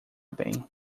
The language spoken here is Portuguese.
bem